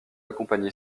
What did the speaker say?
accompagner